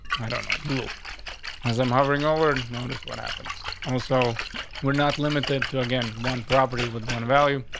i don't know blue as i'm hovering over and notice. what happens also were not limited to again. one property with one value